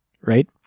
right